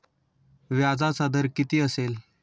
व्याजाचा दर किती असेल?